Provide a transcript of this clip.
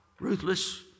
ruthless